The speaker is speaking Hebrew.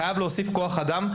חייב להוסיף כוח אדם,